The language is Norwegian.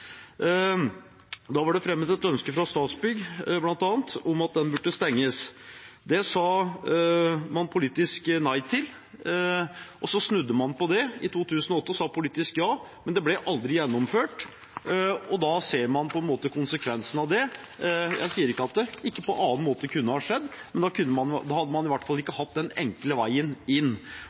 Da var det fremmet et ønske fra bl.a. Statsbygg om at den gaten burde stenges. Det sa man fra politisk hold nei til. Så snudde man i 2008 og sa ja, men det ble aldri gjennomført. Så ser man konsekvensene av det. Jeg sier ikke at det ikke kunne skjedd på en annen måte, men da hadde man i hvert fall ikke hatt den enkle veien inn.